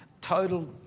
total